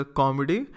comedy